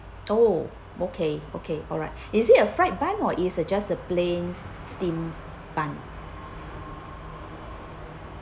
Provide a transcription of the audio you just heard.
oh okay okay alright is it a fried bun or is a just a plain steamed bun